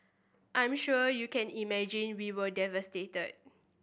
I'm sure you can imagine we were devastated